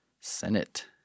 Senate